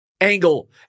Angle